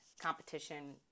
competition